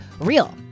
real